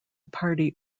party